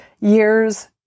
years